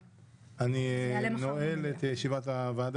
25 ביולי 2021. על סדר היום